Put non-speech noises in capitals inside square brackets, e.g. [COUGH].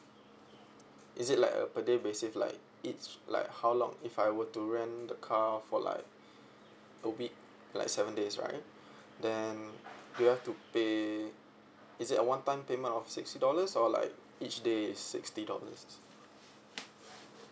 is it like a per day basis like each like how long if I were to rent the car for like [BREATH] a week like seven days right [BREATH] then do you have to pay is it a one time payment of sixty dollars or like each day is sixty dollars